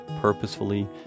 purposefully